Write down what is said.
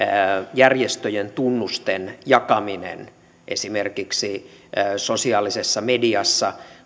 järjestöjen tunnusten jakaminen esimerkiksi sosiaalisessa mediassa